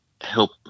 help